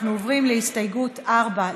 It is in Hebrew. אנחנו עוברים להסתייגות 4,